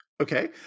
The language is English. Okay